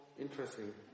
interesting